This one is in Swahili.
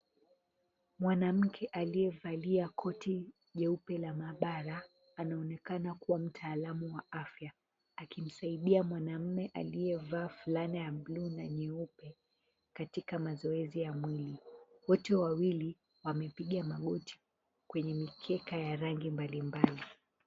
Mwanamke aliyevalia koti jeupe la maabara anaonekana kuwa mtaalamu wa afya, akimsaidia mwanamume aliyevaa fulana ya bluu na nyeupe katika mazoezi ya mwili. Wote wawili wamepiga magoti kwenye mikeka ya rangi mbalimbali.